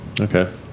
okay